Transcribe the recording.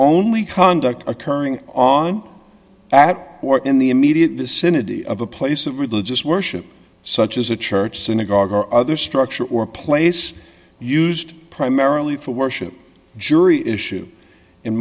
only conduct occurring on at or in the immediate vicinity of a place of religious worship such as a church synagogue or other structure or place used primarily for worship jury issues in